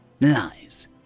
Lies